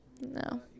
No